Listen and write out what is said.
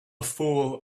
fool